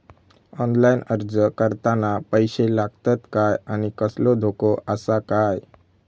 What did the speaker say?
Online अर्ज करताना पैशे लागतत काय आनी कसलो धोको आसा काय?